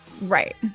right